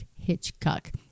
hitchcock